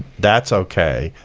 that's okay,